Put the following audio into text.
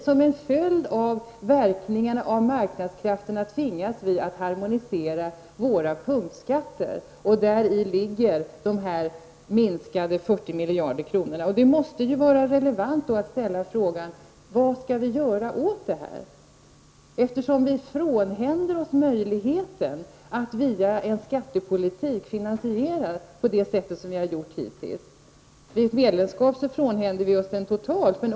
Som en följd av verkningarna av marknadskrafterna kommer vi att tvingas harmonisera våra punktskatter. Häri ligger minskningen på 40 miljarder. Det måste vara relevant att fråga vad vi skall göra åt detta, eftersom vi frånhänder oss möjligheten att finansiera via skattepolitiken på det sätt som vi gjort hittills. Vid ett medlemskap frånhänder vi oss den möjligheten totalt.